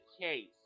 case